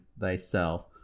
thyself